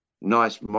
nice